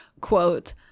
Quote